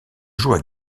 joue